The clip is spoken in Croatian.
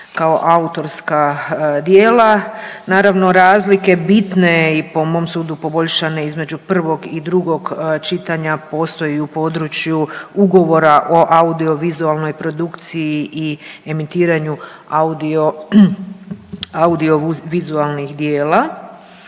kao autorska djela naravno razlike bitne i po mom sudu poboljšane između prvog i drugog čitanja postoji i u području ugovora o audio vizualnoj produkciji i emitiranju audio vizualnih dijela.